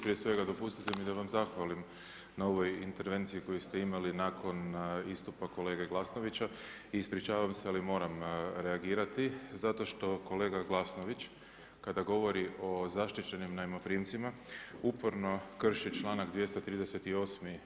Prije svega dopustite mi da vam zahvalim na ovoj intervenciji koju ste imali nakon istupa kolege Glasnovića i ispričavam se ali moram reagirati zato što kolega Glasnović kada govori o zaštićenim najmoprimcima uporno krši članak 238.